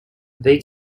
they